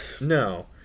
No